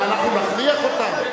אנחנו נכריח אותם?